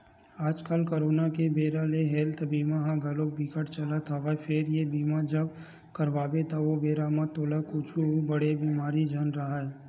आजकल करोना के बेरा ले हेल्थ बीमा ह घलोक बिकट चलत हवय फेर ये बीमा जब करवाबे त ओ बेरा म तोला कुछु बड़े बेमारी झन राहय